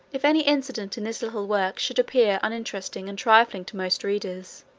if any incident in this little work should appear uninteresting and trifling to most readers,